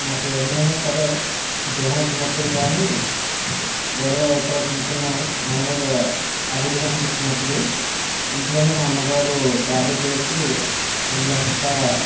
నాకు ఏమైనా సరే జ్వరం వచ్చినప్పుడు కానీ వేరే ఇతర చిన్న చిన్న మైనర్ ఆరోగ్య సమస్య వచ్చినప్పుడు ఇంట్లోనే మా అమ్మగారు టాబ్లెట్ వేసి ఒళ్లంతా